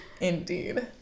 Indeed